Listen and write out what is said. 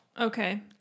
Okay